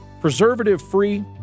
Preservative-free